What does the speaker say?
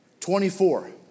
24